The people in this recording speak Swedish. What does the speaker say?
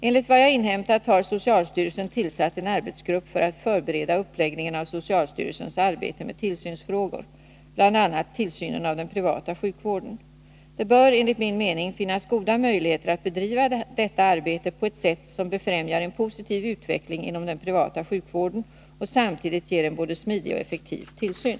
Enligt vad jag inhämtat har socialstyrelsen tillsatt en arbetsgrupp för att förbereda uppläggningen av socialstyrelsens arbete med tillsynsfrågor, bl.a. tillsynen av den privata sjukvården. Det bör enligt min mening finnas goda möjligheter att bedriva detta arbete på ett sätt som befrämjar en positiv utveckling inom den privata sjukvården och samtidigt ger en både smidig och effektiv tillsyn.